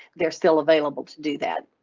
they're still available to do that.